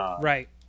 right